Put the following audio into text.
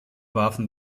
warfen